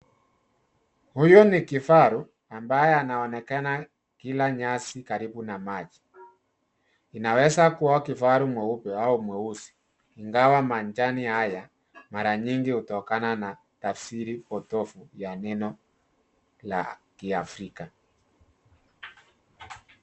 Huyu ni kifaru ambaye anaonekana akila nyasi karibu na maji. Inaweza kua kifaru mweupe au mweusi, ingawa manjani haya mara nyingi hutokana na tafsiri potovu ya neno la Kiafrika.